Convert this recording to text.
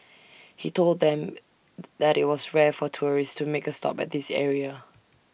he told them that IT was rare for tourists to make A stop at this area